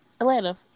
Atlanta